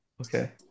Okay